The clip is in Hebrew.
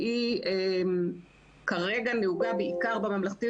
שהיא כרגע נהוגה בעיקר בממלכתי,